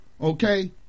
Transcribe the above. okay